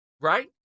Right